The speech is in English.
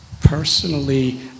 personally